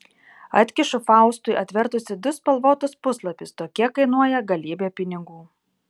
atkišu faustui atvertusi du spalvotus puslapius tokie kainuoja galybę pinigų